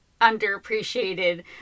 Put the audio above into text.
underappreciated